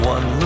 One